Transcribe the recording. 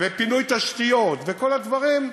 ופינוי תשתיות וכל הדברים.